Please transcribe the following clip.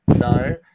No